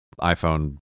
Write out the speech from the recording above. iPhone